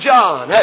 John